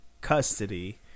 custody